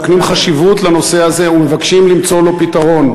מקנים חשיבות לנושא הזה ומבקשים למצוא לו פתרון.